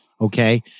Okay